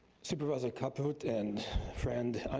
supervisor caput and friend,